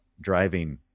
driving